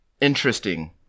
interesting